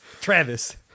Travis